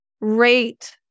rate